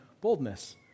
boldness